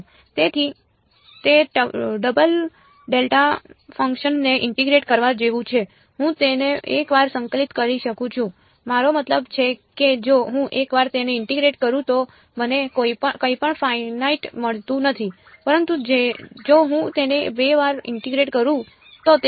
તેથી તે double delta ફંક્શનને ઇન્ટીગ્રેટ કરવા જેવું છે હું તેને એકવાર સંકલિત કરી શકું છું મારો મતલબ છે કે જો હું એકવાર તેને ઇન્ટીગ્રેટ કરું તો મને કંઈપણ ફાઇનાઇટ મળતું નથી પરંતુ જો હું તેને બે વાર ઇન્ટીગ્રેટ કરું તો